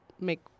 make